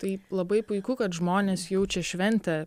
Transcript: tai labai puiku kad žmonės jaučia šventę